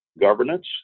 governance